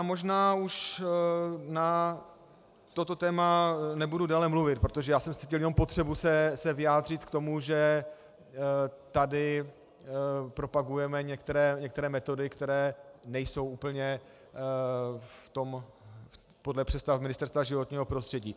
Možná už na toto téma nebudu dále mluvit, protože jsem cítil jenom potřebu se vyjádřit k tomu, že tady propagujeme některé metody, které nejsou úplně podle představ Ministerstva životního prostředí.